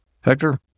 Hector